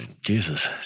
Jesus